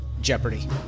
Jeopardy